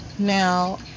Now